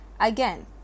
Again